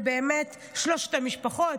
אלו באמת שלוש המשפחות,